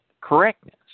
correctness